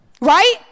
Right